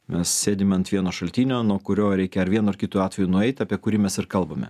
mes sėdim ant vieno šaltinio nuo kurio reikia ar vienu ar kitu atveju nueit apie kurį mes ir kalbame